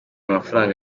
amafaranga